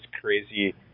crazy